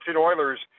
Oilers